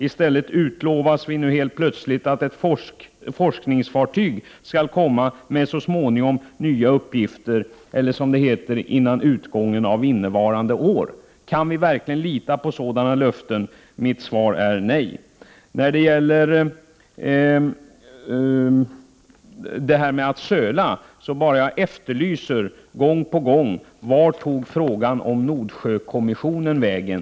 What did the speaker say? I stället utlovas vi helt plötsligt att ett forskningsfartyg så småningom skall komma med nya uppgifter eller, som det heter, före utgången av innevarande år. Kan vi verkligen lita på sådana löften? Mitt svar är nej. Apropå att söla — jag undrar bara vart frågan om Nordsjökommissionen tog vägen?